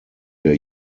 der